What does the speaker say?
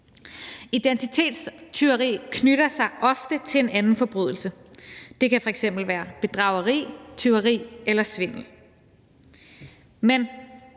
Identitetstyveri knytter sig ofte til en anden forbrydelse; det kan f.eks. være bedrageri, tyveri eller svindel. Men